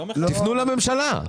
פנו לממשלה.